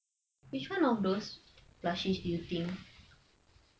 which one of those plushies do you think